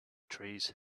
trees